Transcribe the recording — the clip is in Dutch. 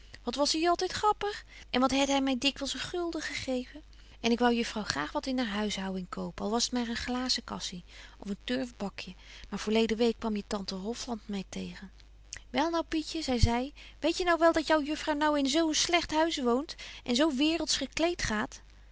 wat was hy altyd grappig en wat het hy my dikwyls een gulden gegeven en ik wou juffrouw graag wat in haar huishouwing kopen al was het maar een glazenkasje of een turfbakje maar voorlede week kwam je tante hofland my tegen wel nou pietje zei zy weetje nou betje wolff en aagje deken historie van mejuffrouw sara burgerhart wel dat jou juffrouw nou in zo een slegt huis woont en zo waerelds gekleed gaat